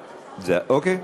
אוקיי,